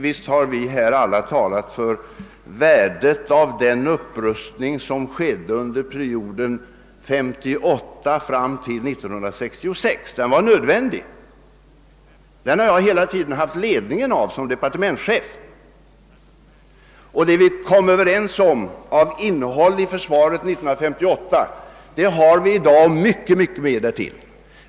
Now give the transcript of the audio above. Visst har vi alla talat om värdet av den upprustning som ägde rum under perioden 1958—1966. Den var nödvändig — och den har jag hela tiden haft ledningen av som departementschef. Det försvar vi kom överens om år 1958 har vi i dag, och mycket mer därtill.